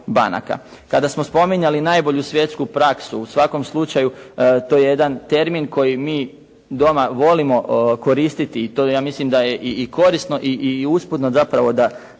Kada smo spominjali najbolju svjetsku praksu, u svakom slučaju to je jedan termin koji mi doma volimo koristiti i do ja mislim da je i korisno i usputno zapravo da